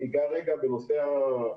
אני אגע רגע בנושא המעבר.